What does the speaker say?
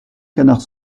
canard